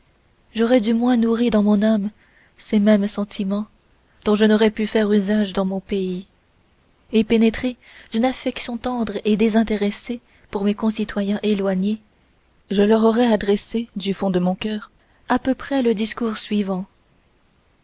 j'aurais du moins nourri dans mon ame ces mêmes sentiments dont je n'aurais pu faire usage dans mon pays et pénétré d'une affection tendre et désintéressée pour mes concitoyens éloignés je leur aurais adressé du fond de mon cœur à peu près le discours suivant